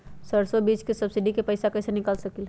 सरसों बीज के सब्सिडी के पैसा कईसे निकाल सकीले?